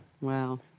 Wow